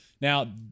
Now